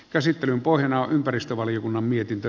käsittelyn pohjana on ympäristövaliokunnan mietintö